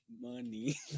money